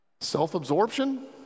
Self-absorption